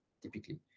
typically